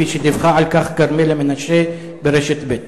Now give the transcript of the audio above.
כפי שדיווחה על כך כרמלה מנשה ברשת ב'.